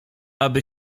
aby